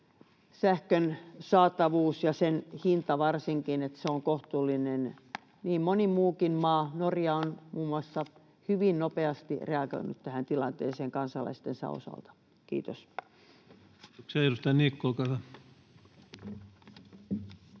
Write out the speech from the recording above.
sähkön saatavuus ja varsinkin sen hinta, se, että se on kohtuullinen. Niin moni muukin maa, Norja muun muassa, on hyvin nopeasti reagoinut tähän tilanteeseen kansalaistensa osalta. — Kiitos.